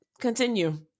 continue